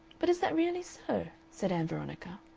but is that really so? said ann veronica.